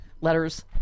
letters